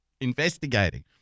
Investigating